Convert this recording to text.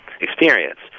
experience